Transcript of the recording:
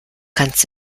kannst